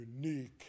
unique